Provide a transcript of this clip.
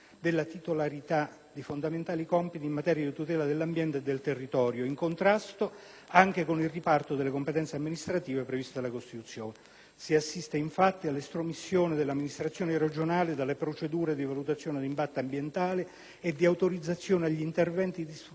della titolarità di fondamentali compiti in materia di tutela dell'ambiente e del territorio, in contrasto anche con il riparto delle competenze amministrative previsto dalla Costituzione. Si assiste, infatti, all'estromissione delle amministrazioni regionali dalle procedure di valutazione di impatto ambientale e di autorizzazione agli interventi di sfruttamento